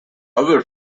other